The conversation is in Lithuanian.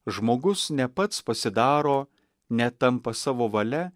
žmogus ne pats pasidaro netampa savo valia